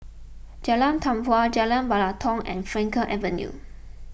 Jalan Tempua Jalan Batalong and Frankel Avenue